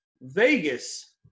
Vegas